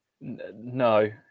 No